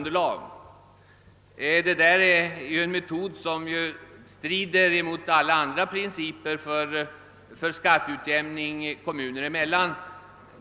Denna metod strider mot alla andra skatteutjämmningsprinciper då det gäller kommunerna.